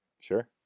Sure